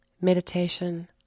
meditation